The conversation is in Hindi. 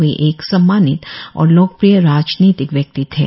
वे एक सम्मानित और लोकप्रिय राजनीतिक व्यक्ति थे